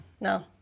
no